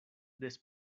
des